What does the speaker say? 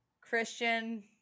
Christian